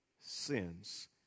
sins